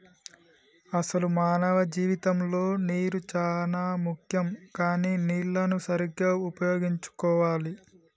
అసలు మానవ జీవితంలో నీరు చానా ముఖ్యం కానీ నీళ్లన్ను సరీగ్గా ఉపయోగించుకోవాలి